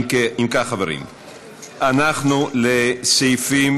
חברים, לסעיפים